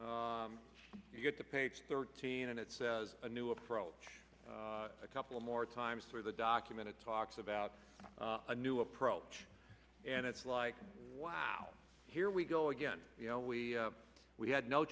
you get to page thirteen and it says a new approach a couple more times through the document it talks about a new approach and it's like wow here we go again you know we we had no